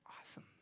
awesome